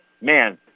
Man